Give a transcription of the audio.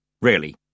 Really